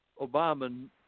Obama